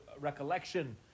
recollection